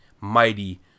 mighty